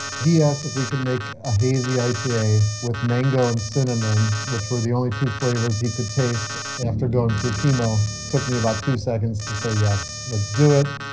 he asked if we could make a hazy ipa with mango and cinnamon, which were the only two flavors he could taste after going through chemo. it took me about two seconds to say yes, let's do it.